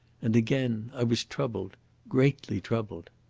and again i was troubled greatly troubled.